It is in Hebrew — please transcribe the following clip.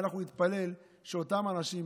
ואנחנו נתפלל שאותם אנשים